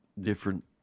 different